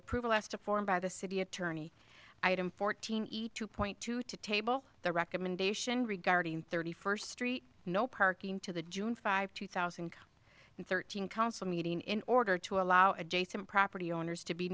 approval asked a form by the city attorney item fourteen point two to table the recommendation regarding thirty first street no parking to the june five two thousand and thirteen council meeting in order to allow adjacent property owners to be